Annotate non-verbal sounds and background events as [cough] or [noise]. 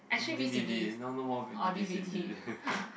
D_V_D now no more D V C D [laughs]